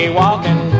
walking